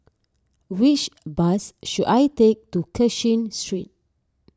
which bus should I take to Cashin Street